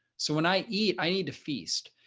so when i eat, i need to feast.